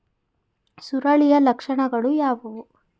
ಸುರುಳಿಯ ಲಕ್ಷಣಗಳು ಯಾವುವು?